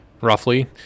roughly